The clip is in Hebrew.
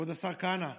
כבוד השר כהנא.